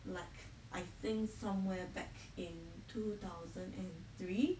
like I think somewhere back in two thousand and three